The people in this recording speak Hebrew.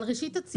על ראשית הצירים.